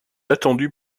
attendu